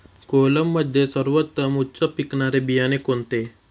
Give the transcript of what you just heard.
कोलममध्ये सर्वोत्तम उच्च पिकणारे बियाणे कोणते?